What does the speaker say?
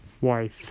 Wife